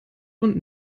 und